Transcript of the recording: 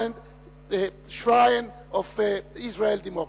shrine of Israeli democracy.